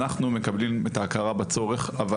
אנחנו מכירים את ההכרה בצורך אבל